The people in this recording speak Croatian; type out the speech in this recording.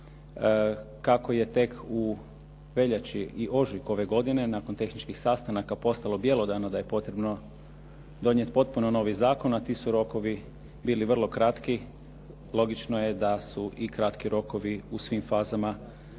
Kako je tek u veljači i ožujku ove godine nakon tehničkih sastanaka postalo …/Govornik se ne razumije./… da je potrebno donijeti potpuno novi zakon a ti su rokovi bili vrlo kratki, logično je da su kratki rokovi u svim fazama donošenja